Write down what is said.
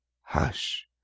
hush